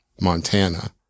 Montana